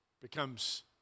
becomes